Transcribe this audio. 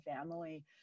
family